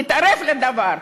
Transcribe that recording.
תתערב בדבר.